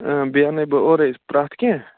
بیٚیہِ اَنے بہٕ اورے پرٛٮ۪تھ کیٚنٛہہ